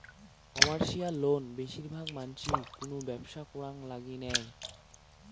commercial loan বেশির ভাগ মানসি কুনো ব্যবসা করাং লাগি নেয়